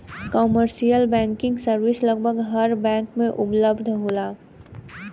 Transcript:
commercial banking service लगभग हर bank में उपलब्ध होला